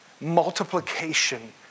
Multiplication